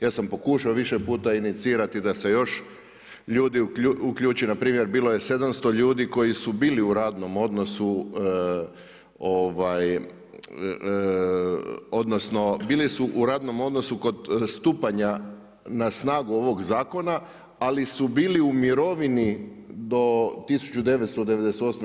Ja sam pokušao više puta inicirati da se još ljudi uključe, npr. bilo je 700 ljudi koji su bili u radnom odnosu, odnosno, bili su u radnom odnosu kod stupanja na snagu ovog zakona ali su bili u mirovini do 1998.